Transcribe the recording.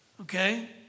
Okay